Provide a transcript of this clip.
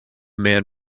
man